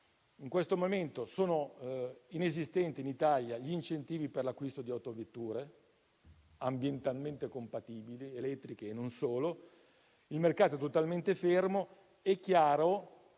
In questo momento in Italia sono inesistenti gli incentivi per l'acquisto di autovetture ambientalmente compatibili (elettriche e non solo). Il mercato è totalmente fermo e io